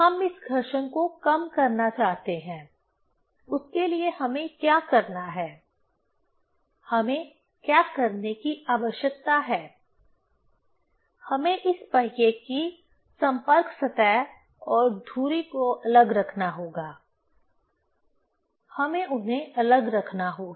हम इस घर्षण को कम करना चाहते हैं उसके लिए हमें क्या करना है हमें क्या करने की आवश्यकता है हमें इस पहिये की संपर्क सतह और धुरी को अलग रखना होगा हमें उन्हें अलग रखना होगा